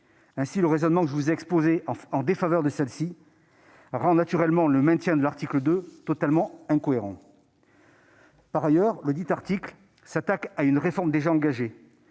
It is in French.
1. Le raisonnement que je vous ai exposé en défaveur de cet article rend naturellement le maintien de l'article 2 totalement incohérent. Deuxièmement, cet article s'attaque à une réforme déjà engagée.